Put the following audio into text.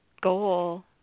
goal